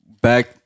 back